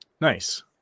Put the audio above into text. Nice